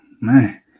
man